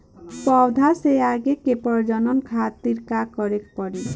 पौधा से आगे के प्रजनन खातिर का करे के पड़ी?